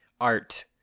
art